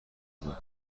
بود